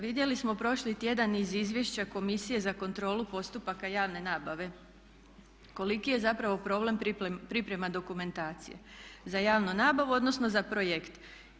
Vidjeli smo prošli tjedan iz izvješća Komisije za kontrolu postupaka javne nabave koliki je zapravo problem priprema dokumentacije za javnu nabavu odnosno za projekte.